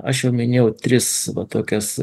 aš jau minėjau tris tokias